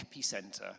epicenter